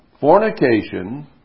fornication